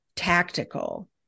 Tactical